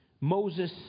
Moses